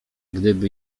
gdyby